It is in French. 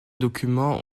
documents